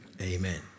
Amen